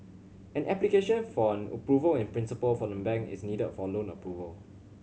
an application for an Approval in Principle from the bank is needed for loan approval